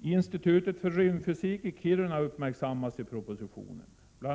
Institutet för rymdfysik i Kiruna uppmärksammas i propositionen. Bl.